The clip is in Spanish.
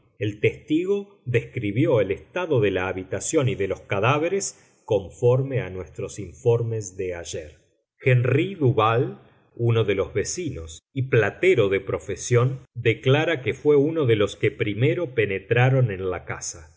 el testigo describió el estado de la habitación y de los cadáveres conforme a nuestros informes de ayer henri duval uno de los vecinos y platero de profesión declara que fué uno de los que primero penetraron en la casa